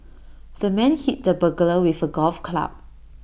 the man hit the burglar with A golf club